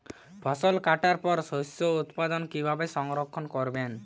ফসল কাটার পর শস্য উৎপাদন কিভাবে সংরক্ষণ করবেন?